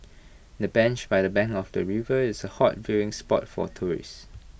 the bench by the bank of the river is hot viewing spot for tourists